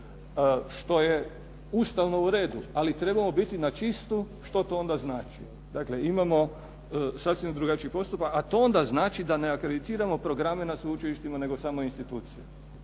Što je ustavno u redu, ali trebamo biti na čistu što to onda znači. Dakle, imamo sasvim drugačiji postupak, a to onda znači da ne akreditiramo programe na sveučilištima nego samo institucije.